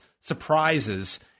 surprises